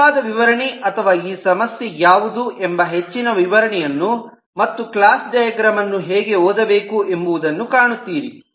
ವಿವರವಾದ ವಿವರಣೆ ಅಥವಾ ಈ ಸಮಸ್ಯೆ ಯಾವುದು ಎಂಬ ಹೆಚ್ಚಿನ ವಿವರಣೆಯನ್ನು ಮತ್ತು ಕ್ಲಾಸ್ ಡಯಾಗ್ರಾಮ್ ಅನ್ನು ಹೇಗೆ ಓದಬೇಕು ಎಂಬುವುದನ್ನು ಕಾಣುತ್ತೀರಿ